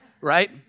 right